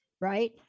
right